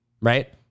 right